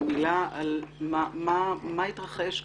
מילה על מה שהתרחש כאן,